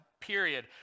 period